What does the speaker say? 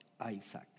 Isaac